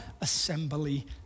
assembly